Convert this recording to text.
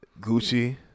Gucci